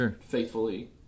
faithfully